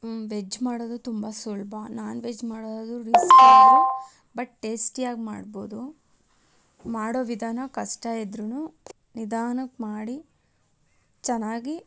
veg ಮಾಡೋದು ತುಂಬ ಸುಲಭ ನಾನ್ವೆಜ್ ಮಾಡೋದು ರಿಸ್ಕಿಯಾದರೂ ಬಟ್ ಟೇಸ್ಟಿಯಾಗಿ ಮಾಡ್ಬೌದು ಮಾಡೋ ವಿಧಾನ ಕಷ್ಟ ಇದ್ರೂ ನಿಧಾನಕ್ಕೆ ಮಾಡಿ ಚೆನ್ನಾಗಿ